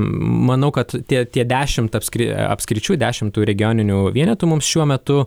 manau kad tie tie dešimt apskri apskričių dešimt tų regioninių vienetų mums šiuo metu